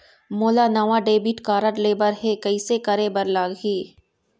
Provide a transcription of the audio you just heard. मोला नावा debit card लेबर हे, कइसे करे बर लगही?